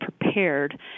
prepared